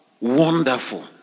Wonderful